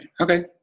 okay